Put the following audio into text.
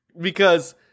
because-